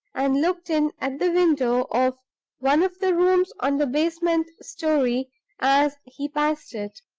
and looked in at the window of one of the rooms on the basement story as he passed it.